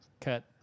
cut